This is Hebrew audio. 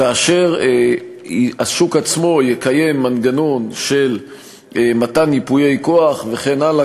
כאשר השוק עצמו יקיים מנגנון של מתן ייפויי כוח וכן הלאה,